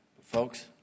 Folks